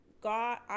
God